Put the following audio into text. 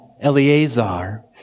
Eleazar